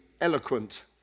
eloquent